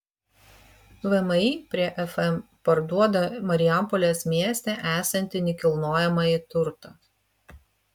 vmi prie fm parduoda marijampolės mieste esantį nekilnojamąjį turtą